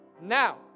now